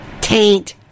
taint